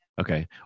Okay